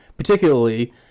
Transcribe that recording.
particularly